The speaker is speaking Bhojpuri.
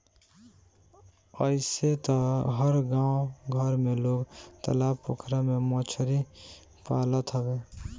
अइसे तअ हर गांव घर में लोग तालाब पोखरा में मछरी पालत हवे